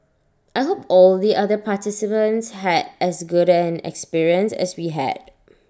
I hope all the other participants had as good an experience as we had